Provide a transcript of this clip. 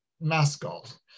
mascot